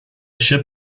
ship